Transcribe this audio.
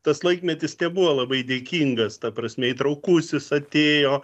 tas laikmetis nebuvo labai dėkingas ta prasme įtraukusis atėjo